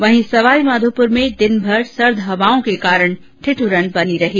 वहीं सवाईमाघोपुर में दिन भर सर्द हवाओं के कारण ठिठ्रन बनी रही